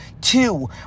two